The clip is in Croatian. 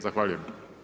Zahvaljujem.